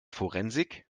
forensik